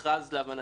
להבנתנו,